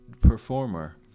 performer